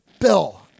Bill